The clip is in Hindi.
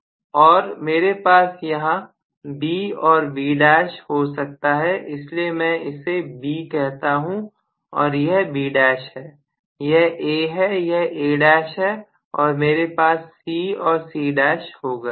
और मेरे पास यहां B और यहां B' हो सकता है इसलिए मैं इसे B कहता हूं यह B' है यह A है यह A' है और मेरे पास C और C' होगा